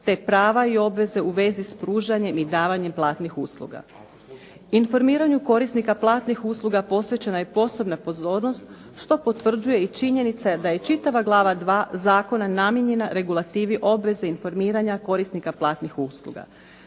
te prava i obveze u vezi s pružanjem i davanjem platnih usluga. Informiranju korisnika platnih usluga posvećena je posebna pozornost što potvrđuje i činjenica da je čitava Glava II. zakona namijenjena regulativi obveze informiranja korisnika platnih usluga.